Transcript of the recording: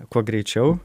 kuo greičiau